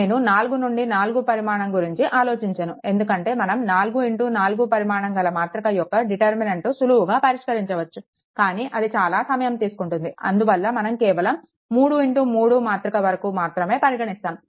నేను 4 నుండి 4 పరిమాణం గురించి ఆలోచించను ఎందుకంటే మనం 44 పరిమాణం గల మాతృక యొక్క డిటర్మినెంట్ సులువుగా పరిష్కరించవచ్చు కానీ అది చాలా సమయం తీసుకుంటుంది అందువల్ల మనం కేవలం 33 మాతృక వరకు మాత్రమే పరిగణిస్తాము